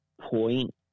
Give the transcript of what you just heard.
point